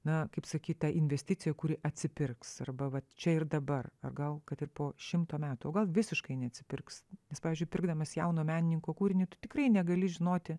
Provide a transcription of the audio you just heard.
na kaip sakyt ta investicija kuri atsipirks arba vat čia ir dabar o gal kad ir po šimto metų o gal visiškai neatsipirks nes pavyzdžiui pirkdamas jauno menininko kūrinį tu tikrai negali žinoti